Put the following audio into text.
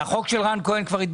ומכאן ואילך הם יעמדו מהצד,